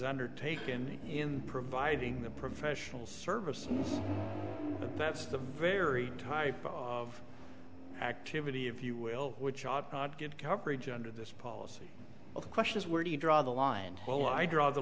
undertaken in providing the professional services that's the very type of activity if you will which ought not get coverage under this policy of question is where do you draw the line well i draw the